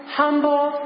humble